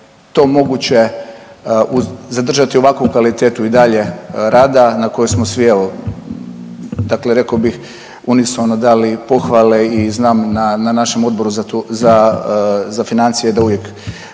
to moguće zadržati ovakvu kvalitetu i dalje rada na koju smo svi evo, dakle rekao bih unisono dali pohvale i znam na našem Odboru za financije da uvijek